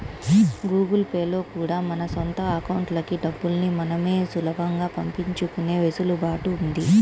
Google Pay లో కూడా మన సొంత అకౌంట్లకి డబ్బుల్ని మనమే సులభంగా పంపించుకునే వెసులుబాటు ఉంది